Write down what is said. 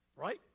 Right